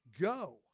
go